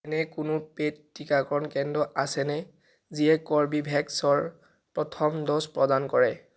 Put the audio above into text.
এনে কোনো পেইড টিকাকৰণ কেন্দ্ৰ আছেনে যিয়ে কৰ্বীভেক্স'ৰ প্ৰথম ড'জ প্ৰদান কৰে